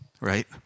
right